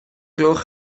gloch